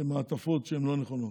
עטיפות שהן לא נכונות.